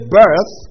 birth